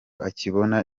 akibona